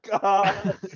God